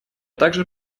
также